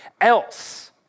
else